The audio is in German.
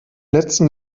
letzten